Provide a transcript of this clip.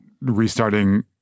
restarting